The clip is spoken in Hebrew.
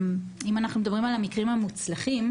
אם אנחנו מדברים על המקרים המוצלחים,